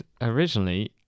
originally